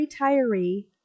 retiree